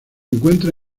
encuentra